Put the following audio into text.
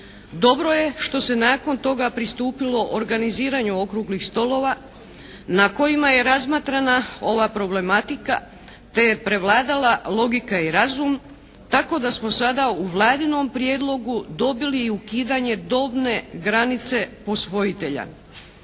Dobro je što se nakon toga pristupilo organiziranju okruglih stolova na kojima je razmatrana ova problematika te je prevladala logika i razum tako da smo sada u Vladinom prijedlogu dobili i ukidanje dobne granice posvojitelja